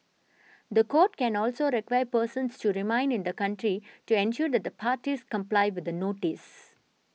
the court can also require persons to remain in the country to ensure that the parties comply with the notice